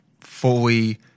fully